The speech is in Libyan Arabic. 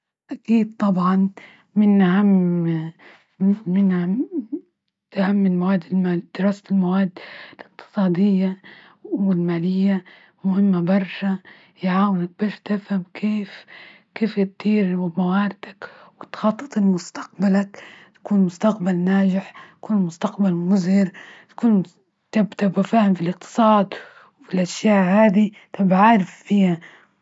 أكيد طبعا من أهم من أهم المواد دراسة المواد الإقتصادية والمالية مهمة برشا، يعاون باش تفهم كيف -كيف دير ومواردك وتخطط لمستقبلك يكون كل المستقبل مزهر تكون وفاهم في الاقتصاد والاشياء هذي طب عارف فيها.